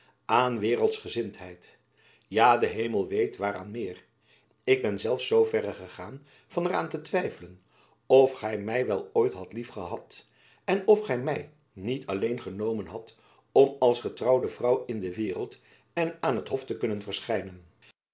aan waereldsgezindheid ja de hemel weet waaraan meer ik ben zelfs zooverre gegaan van er aan te twijfelen of gy my wel ooit hadt lief gehad en of gy my niet alleen genomen hadt om als getrouwde vrouw in de waereld en aan t hof te kunnen verschijnen